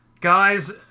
Guys